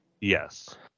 Yes